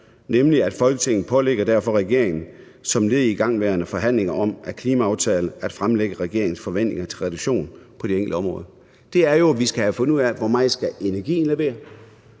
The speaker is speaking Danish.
er, at Folketinget pålægger regeringen som led i igangværende forhandlinger om klimaaftale at fremlægge regeringens forventninger til reduktion på de enkelte områder. Vi skal have fundet ud af, hvor meget energien skal